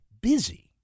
busy